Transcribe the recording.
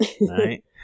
right